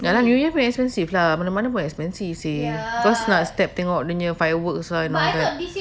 ya lah new year pun expensive lah mana mana expensive seh cause nak step tengok fireworks ah and all that